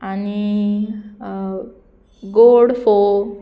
आनी गोड फोव